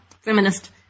feminist